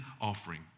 offering